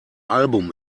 album